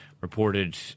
reported